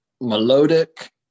melodic